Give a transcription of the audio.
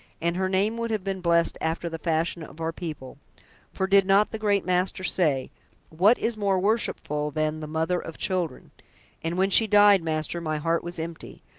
and her name would have been blessed after the fashion of our people for did not the great master say what is more worshipful than the mother of children and when she died, master, my heart was empty,